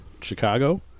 Chicago